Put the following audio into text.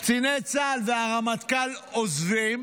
קציני צה"ל והרמטכ"ל עוזבים